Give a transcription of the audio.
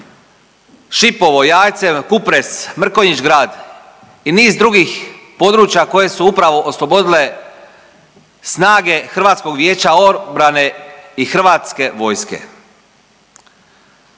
Šipovo, Jajce, Kupres, Mrkonjić Grad i niz drugih područja koje su upravo oslobodile snage HVO-a i hrvatske vojske.